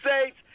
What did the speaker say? States